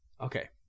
Okay